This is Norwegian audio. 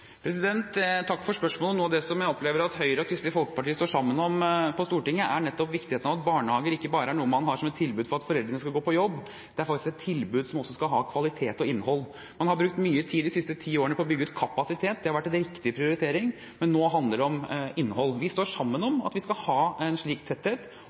for spørsmålet. Noe av det jeg opplever at Høyre og Kristelig Folkeparti står sammen om på Stortinget, er nettopp viktigheten av at barnehager ikke bare er noe man har som et tilbud for at foreldrene skal kunne gå på jobb. Det er faktisk et tilbud som også skal ha kvalitet og innhold. Man har brukt mye tid de siste ti årene på å bygge ut kapasitet. Det har vært en riktig prioritering, men nå handler det om innhold. Vi står sammen om at vi